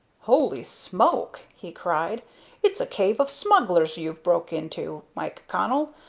holy smoke! he cried it's a cave of smugglers you've broke into, mike connell,